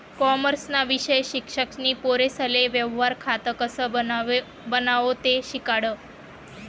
कॉमर्सना विषय शिक्षक नी पोरेसले व्यवहार खातं कसं बनावो ते शिकाडं